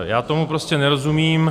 Já tomu prostě nerozumím.